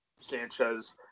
Sanchez